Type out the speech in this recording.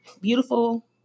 beautiful